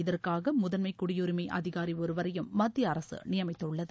இதற்காக முதன்மை குடியுரிமை அதிகாரி ஒருவரையும் மத்திய அரசு நியமித்துள்ளது